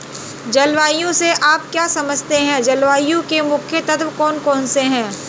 जलवायु से आप क्या समझते हैं जलवायु के मुख्य तत्व कौन कौन से हैं?